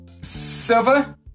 Silver